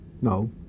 No